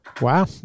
Wow